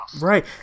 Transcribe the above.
right